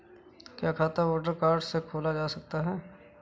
क्या खाता voter card से खोला जा सकता है?